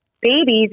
babies